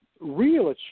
real